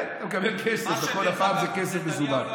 כן, הוא מקבל כסף, וכל פעם זה כסף מזומן.